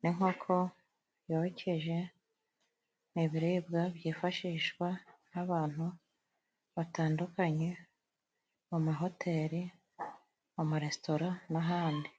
n'inkoko yokeje. Ni ibiribwa byifashishwa nk'abantu batandukanye mu mahoteri, mu maresitora n'ahandi.